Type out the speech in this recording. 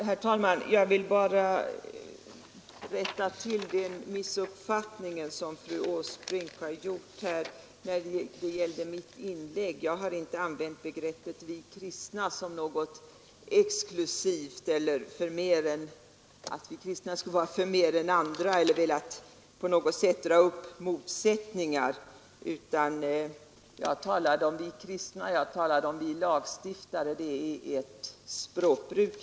Herr talman! Jag vill bara rätta till fru Åsbrinks missuppfattning beträffande mitt inlägg. Jag har icke använt begreppet ”vi kristna” som något exklusivt eller i den meningen att kristna skulle vara förmer än andra. Jag har heller inte velat dra upp motsättningar mellan kristna och icke-kristna. Jag talade om ”vi kristna” lika väl som ”vi lagstiftare”.